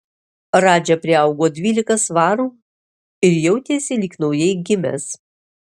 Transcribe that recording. radža priaugo dvylika svarų ir jautėsi lyg naujai gimęs